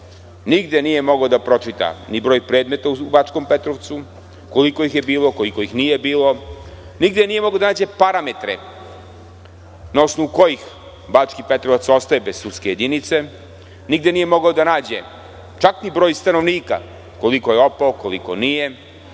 nigde nije mogao da pročita ni broj predmeta u Bačkom Petrovcu koliko ih je bilo, koliko ih nije bilo. Nigde nije mogao da nađe parametre na osnovu kojih Bački Petrovac ostaje bez sudske jedinice, nigde nije mogao da nađe čak ni broj stanovnika koliko je opao, koliko nije,